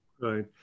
Right